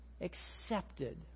accepted